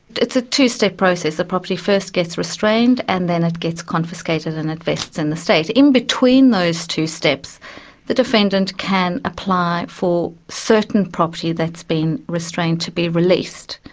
it's a two-step process. the property first gets restrained and then it gets confiscated and it vests in the state. in between those two steps the defendant can apply for certain property that has been restrained to be released,